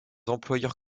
employeurs